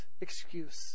excuse